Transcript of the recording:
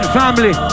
family